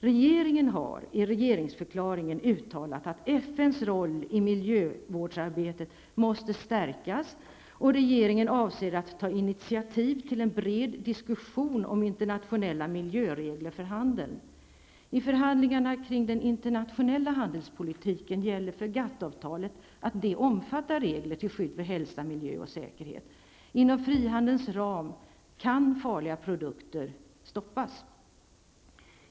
Regeringen har i regeringsförklaringen uttalat att FNs roll i miljövårdsarbetet måste stärkas och regeringen avser att ta initiativ till en bred diskussion om internationella miljöregler för handeln. I förhandlingarna kring den internationella handelspolitiken gäller för GATT-avtalet att det omfattar regler till skydd för hälsa, miljö och säkerhet. Inom frihandelns ram kan farliga produkter stoppas.